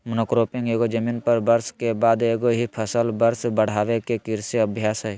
monocropping एगो जमीन पर वर्ष के बाद एगो ही फसल वर्ष बढ़ाबे के कृषि अभ्यास हइ